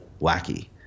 wacky